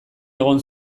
egon